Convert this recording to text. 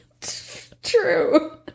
True